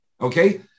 okay